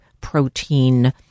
protein